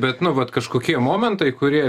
bet nu vat kažkokie momentai kurie